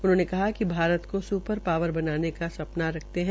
उन्होंने कहा कि वो भारत को सूपर पावर बनाने का सपना रखते है